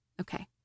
Okay